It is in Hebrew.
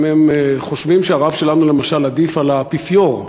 אם הם חושבים שהרב שלנו למשל עדיף על האפיפיור,